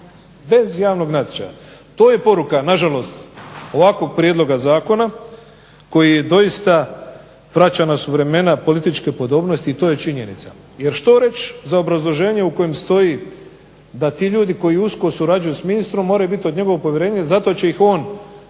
bez javnog natječaja. To je poruka, nažalost ovakvog prijedloga zakona koji doista vraća nas u vremena političke podobnosti. I to je činjenica. Jer što reći za obrazloženje u kojem stoji da ti ljudi koji usko surađuju s ministrom moraju biti od njegovog povjerenja i zato će ih on